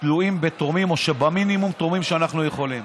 תלויים בתורמים או במינימום תורמים שאנחנו יכולים.